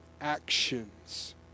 actions